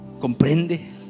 comprende